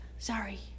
Sorry